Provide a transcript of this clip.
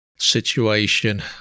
situation